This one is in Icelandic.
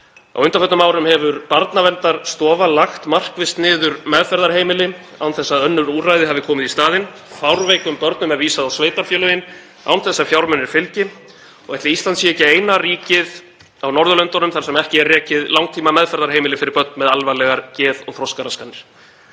Á undanförnum árum hefur Barnaverndarstofa lagt markvisst niður meðferðarheimili án þess að önnur úrræði hafi komið í staðinn. Fárveikum börnum er vísað á sveitarfélögin án þess að fjármunir fylgi og ætli Ísland sé ekki eina ríkið á Norðurlöndunum þar sem ekki er rekið langtímameðferðarheimili fyrir börn með alvarlegar geð- og þroskaraskanir.